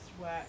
work